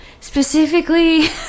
specifically